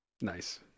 Nice